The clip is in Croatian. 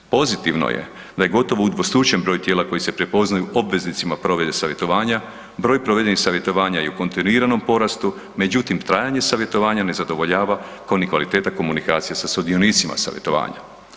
Pozitivno je da je gotovo udvostručen broj tijela koji se prepoznaju obveznicima provedbe savjetovanja, broj provedenih savjetovanja je u kontinuiranom porastu, međutim trajanje savjetovanja ne zadovoljava, ko ni kvaliteta komunikacije sa sudionicima savjetovanja.